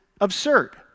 absurd